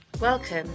Welcome